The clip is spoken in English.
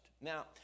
Now